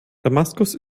damaskus